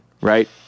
right